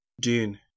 Dean